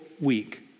week